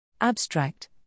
Abstract